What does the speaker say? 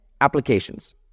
applications